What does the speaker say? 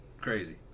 crazy